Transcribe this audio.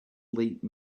late